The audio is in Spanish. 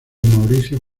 mauricio